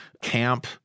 camp